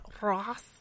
Ross